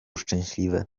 szczęśliwy